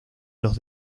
los